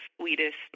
sweetest